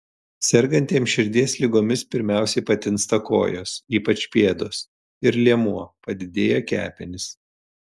sergantiems širdies ligomis pirmiausia patinsta kojos ypač pėdos ir liemuo padidėja kepenys